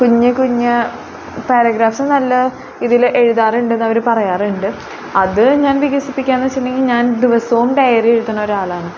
കുഞ്ഞു കുഞ്ഞു പാരഗ്രാഫ്സ് നല്ല ഇതിൽ എഴുതാറുണ്ടെന്ന് അവർ പറയാറുണ്ട് അത് ഞാൻ വികസിപ്പിക്കുകയെന്ന് വെച്ചിട്ടുണ്ടെങ്കിൽ ഞാൻ ദിവസവും ഡയറി എഴുതുന്ന ഒരാളാണ്